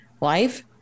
Life